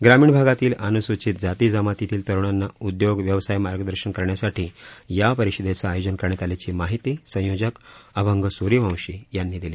ग्रामीण भागातील अनुसूचित जाती जमातीतील तरुणांना उद्योग व्यवसाय मार्गदर्शन करण्यासाठी या परिषदेचं आयोजन करण्यात आल्याची माहिती संयोजक अभंग सुर्यवंशी यांनी दिली